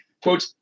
Quote